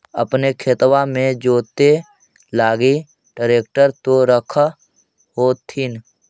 अपने खेतबा मे जोते लगी ट्रेक्टर तो रख होथिन?